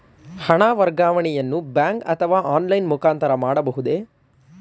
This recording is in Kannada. ಹಣ ವರ್ಗಾವಣೆಯನ್ನು ಬ್ಯಾಂಕ್ ಅಥವಾ ಆನ್ಲೈನ್ ಮುಖಾಂತರ ಮಾಡಬಹುದೇ?